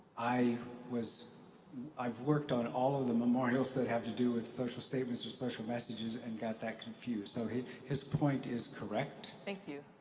i was i've worked on all of the memorials that have to do with social statements and social messages and got that confused so his his point is correct. thank you.